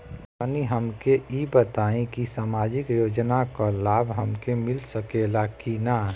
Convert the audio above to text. तनि हमके इ बताईं की सामाजिक योजना क लाभ हमके मिल सकेला की ना?